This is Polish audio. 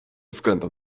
względu